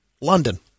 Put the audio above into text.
London